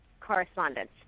correspondence